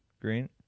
Green